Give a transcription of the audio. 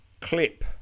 clip